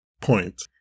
point